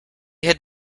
had